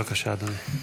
בבקשה, אדוני.